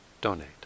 donate